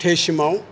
थेससिमआव